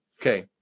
Okay